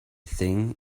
thing